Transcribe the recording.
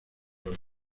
hoy